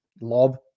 Lob